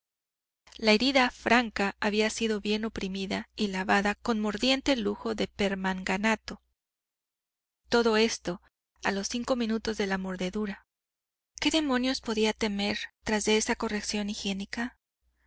la herida franca había sido bien oprimida y lavada con mordiente lujo de permanganato todo esto a los cinco minutos de la mordedura qué demonios podía temer tras esa correción higiénica